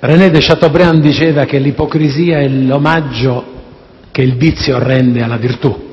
René de Chateaubriand diceva che l'ipocrisia è l'omaggio che il vizio rende alla virtù.